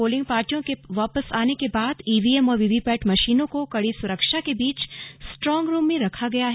polling पार्टियों के वापस आने के बाद ईवीएम और वीवीपैट मशीनों को कड़ी सुरक्षा के बीच स्ट्रॉन्ग रूम में रखा गया है